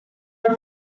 are